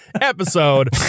episode